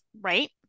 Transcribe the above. right